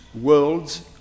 worlds